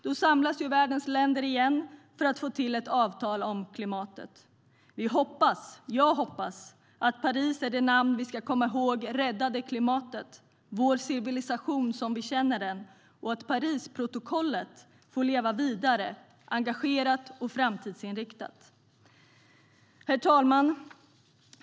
Då samlas världens länder igen för att få ett avtal om klimatet. Jag hoppas att Paris är det namn vi ska komma ihåg räddade klimatet, vår civilisation som vi känner den och att Parisprotokollet får leva vidare engagerat och framtidsinriktat. Herr talman!